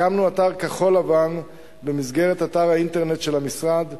הקמנו אתר כחול-לבן במסגרת אתר האינטרנט של המשרד.